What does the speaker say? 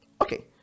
okay